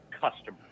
customers